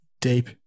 Deep